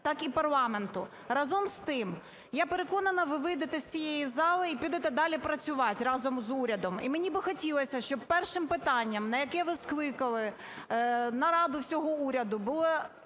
так і парламенту. Разом з тим, я переконана, ви вийдете з цієї зали і підете далі працювати разом з урядом. І мені би хотілося, щоби першим питанням, на яке ви скликали нараду всього уряду, була